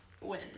win